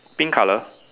pink colour